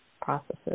processes